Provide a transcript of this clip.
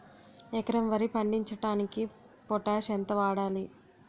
ఎకరం వరి పండించటానికి పొటాష్ ఎంత వాడాలి?